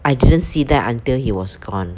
I didn't see that until he was gone